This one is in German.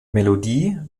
melodie